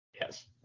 yes